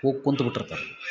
ಹೋಗಿ ಕುಂತು ಬಿಟ್ಟಿರ್ತಾರೆ